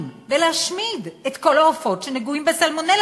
ולהשמיד את כל העופות שנגועים בסלמונלה,